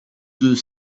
deux